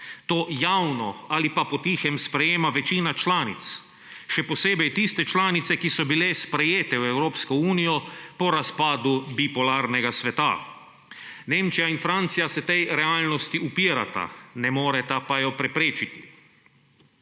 To javno ali pa po tihem sprejema večina članic. Še posebej tiste članice, ki so bile sprejete v Evropsko unijo po razpadu bipolarnega sveta. Nemčija in Francija se tej realnosti upirata, ne moreta pa je preprečiti.